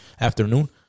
afternoon